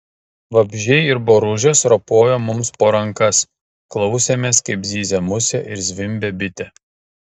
vabzdžiai ir boružės ropojo mums po rankas klausėmės kaip zyzia musė ir zvimbia bitė